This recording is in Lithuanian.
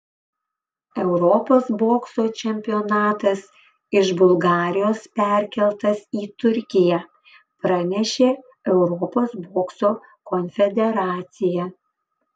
europos bokso čempionatas iš bulgarijos perkeltas į turkiją pranešė europos bokso konfederacija